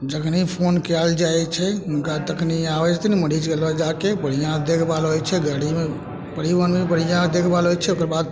जखनी फोन कयल जाइ छै हुनका तखनी आबै छथिन मरीजके लऽ जाके बढ़िऑं से देखभाल होइ छै गड़ी परिवहन मे भी बढ़िऑं देखभाल होइ छै ओकर बाद